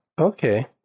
Okay